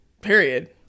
period